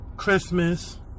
Christmas